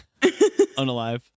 Unalive